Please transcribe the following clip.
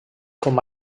com